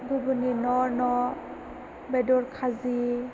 गुबुननि न' न' बेदर खाजि